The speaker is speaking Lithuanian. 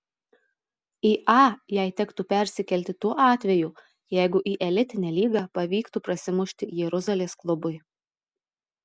į a jai tektų persikelti tuo atveju jeigu į elitinę lygą pavyktų prasimušti jeruzalės klubui